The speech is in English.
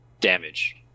damage